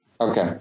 Okay